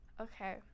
Okay